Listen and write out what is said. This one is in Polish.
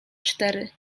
cztery